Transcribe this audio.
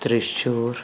Thrissur